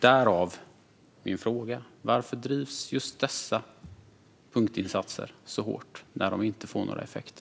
Därav min fråga: Varför drivs just dessa punktinsatser så hårt när de inte får några effekter?